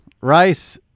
Rice